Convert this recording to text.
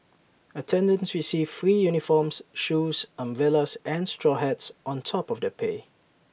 attendants received free uniforms shoes umbrellas and straw hats on top of their pay